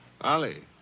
Ali